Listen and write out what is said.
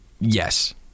yes